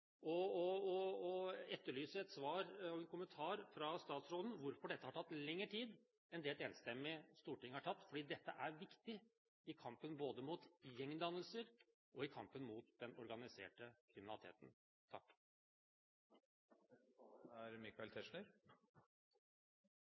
og etterlyser et svar og en kommentar fra statsråden på hvorfor dette har tatt lengre tid enn det et enstemmig storting har vedtatt. Dette er viktig i kampen mot både gjengdannelser og den organiserte kriminaliteten. Jeg vil begynne med å berømme representanten Trine Skei Grande for å ha reist denne interpellasjonen. Dette er